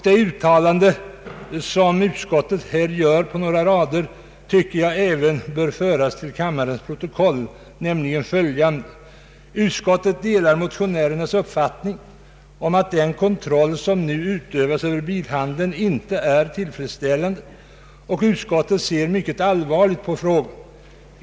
Det uttalande som utskottet gör tycker jag även bör föras till kammarens protokoll: ”Utskottet delar motionärernas uppfattning om att den kontroll, som nu utövas över bilhandeln, inte är tillfredsställande, och utskottet ser mycket allvarligt på frågan.